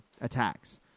attacks